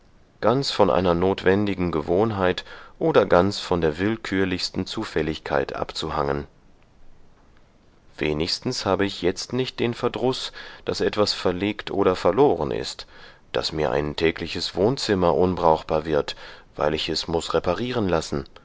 ganz von einer notwendigen gewohnheit oder ganz von der willkürlichsten zufälligkeit abzuhangen wenigstens habe ich jetzt nicht den verdruß daß etwas verlegt oder verloren ist daß mir ein tägliches wohnzimmer unbrauchbar wird weil ich es muß reparieren lassen